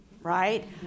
right